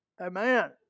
Amen